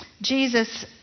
Jesus